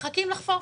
מחכים לחפוף.